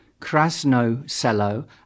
Krasno-Selo